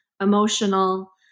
emotional